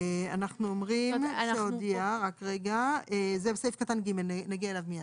אנחנו אומרים, רגע, סעיף קטן (ג) נגיע אליו מיד.